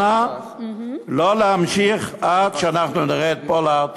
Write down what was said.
אנא, לא להמשיך עד שאנחנו נראה את פולארד